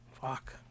Fuck